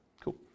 Cool